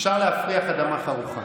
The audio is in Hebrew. אפשר להפריח אדמה חרוכה.